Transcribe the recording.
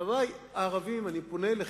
חברי הערבים, אני פונה אליכם.